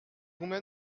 combien